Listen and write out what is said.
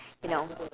you know